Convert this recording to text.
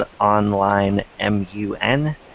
onlinemun